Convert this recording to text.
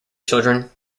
children